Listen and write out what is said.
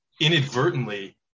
inadvertently